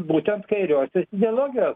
būtent kairiosios dialogijos